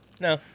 No